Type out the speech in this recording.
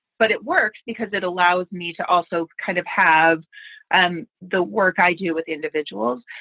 but it works because it allows me to also kind of have and the work i do with individuals,